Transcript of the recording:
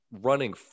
Running